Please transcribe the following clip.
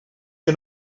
que